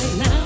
now